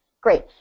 Great